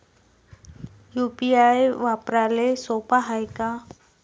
UPI वापराले सोप हाय का?